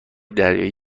دریایی